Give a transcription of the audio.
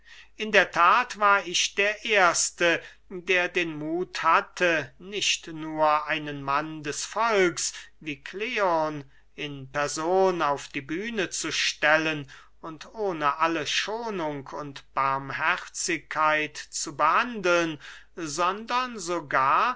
in der that war ich der erste der den muth hatte nicht nur einen mann des volks wie kleon in person auf die bühne zu stellen und ohne alle schonung und barmherzigkeit zu behandeln sondern sogar